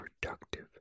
productive